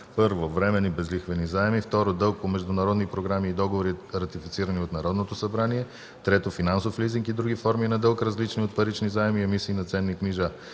на: 1. временни безлихвени заеми; 2. дълг по международни програми и договори, ратифицирани от Народното събрание; 3. финансов лизинг и други форми на дълг, различни от парични заеми и емисии на ценни книжа.